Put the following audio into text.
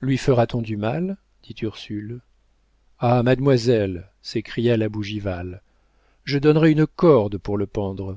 lui fera-t-on du mal dit ursule ah mademoiselle s'écria la bougival je donnerais une corde pour le pendre